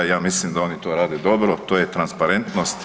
Ja mislim da oni to rade dobro, to je transparentnost.